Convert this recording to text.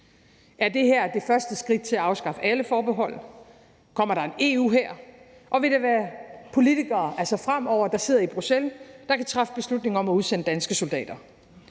Er det her første skridt til at afskaffe alle forbehold? Kommer der en EU-hær? Og vil det fremover være politikere, der sidder i Bruxelles, der kan træffe beslutning om at udsende danske soldater?